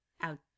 out